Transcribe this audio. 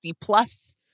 plus